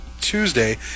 Tuesday